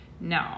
No